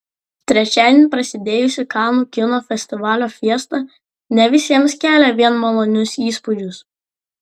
trečiadienį prasidėjusi kanų kino festivalio fiesta ne visiems kelia vien malonius įspūdžius